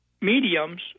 mediums